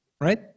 right